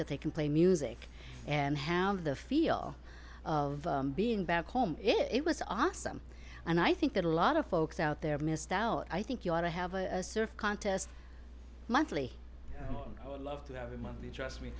that they can play music and how did the feel of being back home it was awesome and i think that a lot of folks out there missed out i think you ought to have a surf contest monthly i would love to have it might be